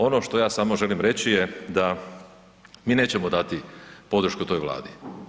Ono što ja samo želim reći je da mi nećemo dati podršku toj Vladi.